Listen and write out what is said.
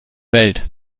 welt